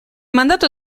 mandato